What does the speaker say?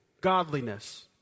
godliness